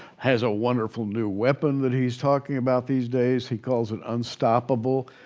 has a wonderful new weapon that he's talking about these days, he calls it unstoppable.